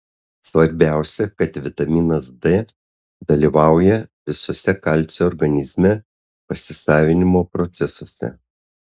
svarbiausia kad vitaminas d dalyvauja visuose kalcio organizme pasisavinimo procesuose